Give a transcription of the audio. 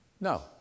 No